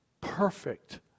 perfect